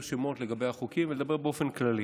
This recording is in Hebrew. שמות לגבי החוקים ולדבר באופן כללי.